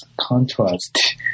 contrast